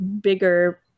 bigger